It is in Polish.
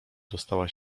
dostała